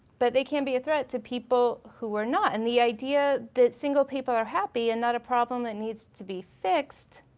but they can be a threat to people who are not. and the idea that single people are happy and not a problem that needs to be fixed